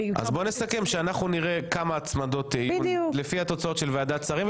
אז בואו נסכם שאנחנו נראה כמה הצמדות לפי התוצאות של ועדת שרים,